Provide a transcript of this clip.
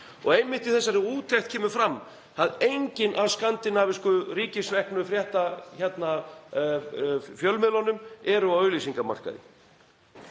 Og einmitt í þessari úttekt kemur fram að engin af skandinavísku ríkisreknu fréttafjölmiðlunum er á auglýsingamarkaði.